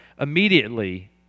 immediately